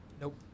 Nope